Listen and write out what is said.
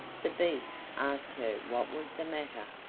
the beast asked her what was the matter.